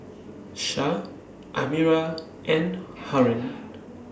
Syah Amirah and Haron